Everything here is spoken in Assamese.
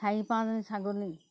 চাৰি পাঁচ যদি ছাগলী